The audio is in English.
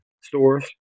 stores